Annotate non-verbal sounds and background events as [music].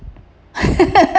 [laughs]